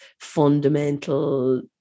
fundamental